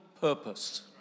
purpose